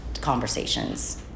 conversations